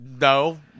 No